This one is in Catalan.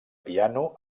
piano